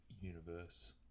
universe